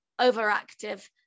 overactive